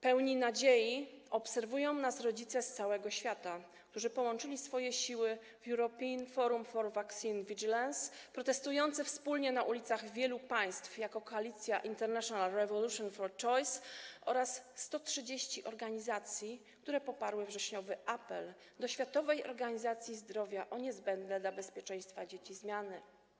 Pełni nadziei obserwują nas rodzice z całego świata, którzy połączyli swoje siły w European Forum for Vaccine Vigilance, protestujący wspólnie na ulicach wielu państw jako koalicja International Revolution For Choice, oraz 130 organizacji, które poparły wrześniowy apel do Światowej Organizacji Zdrowia o niezbędne dla bezpieczeństwa dzieci zmiany.